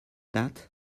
that